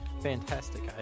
fantastic